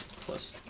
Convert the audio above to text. plus